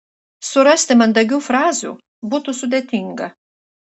surasti mandagių frazių būtų sudėtinga